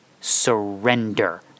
Surrender